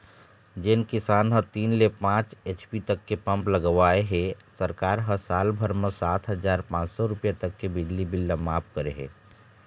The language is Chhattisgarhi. जेन किसान ह तीन ले पाँच एच.पी तक के पंप लगवाए हे सरकार ह साल भर म सात हजार पाँच सौ रूपिया तक के बिजली बिल ल मांफ करे हे